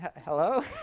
Hello